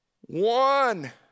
one